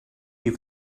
you